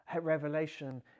Revelation